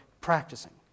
practicing